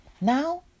Now